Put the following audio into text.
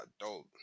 adult